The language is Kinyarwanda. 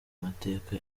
mateka